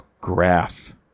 Graph